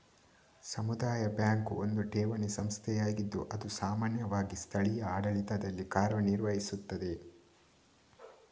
ಸಮುದಾಯ ಬ್ಯಾಂಕು ಒಂದು ಠೇವಣಿ ಸಂಸ್ಥೆಯಾಗಿದ್ದು ಅದು ಸಾಮಾನ್ಯವಾಗಿ ಸ್ಥಳೀಯ ಆಡಳಿತದಲ್ಲಿ ಕಾರ್ಯ ನಿರ್ವಹಿಸ್ತದೆ